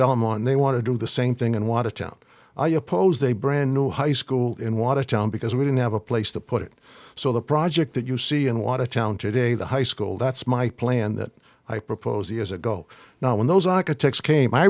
belmont they want to do the same thing in watertown i opposed a brand new high school in watertown because we didn't have a place to put it so the project that you see in watertown today the high school that's my plan that i proposed years ago now when those architects came i